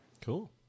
Cool